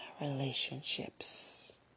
Relationships